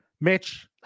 mitch